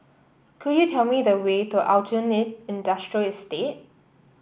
could you tell me the way to Aljunied Industrial Estate